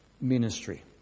ministry